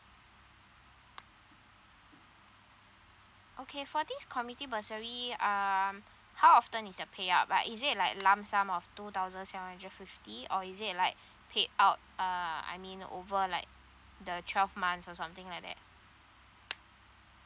okay for this committee bursary um how often is the pay up right is it like lump sum of two thousand seven hundred fifty or is it like pay out uh I mean over like the twelve months or something like that